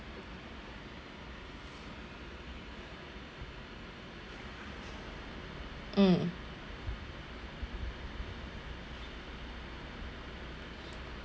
mm